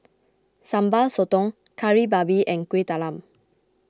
Sambal Sotong Kari Babi and Kuih Talam